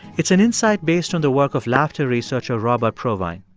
it's an insight based on the work of laughter researcher robert provine.